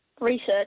Research